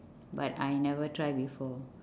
but I never try before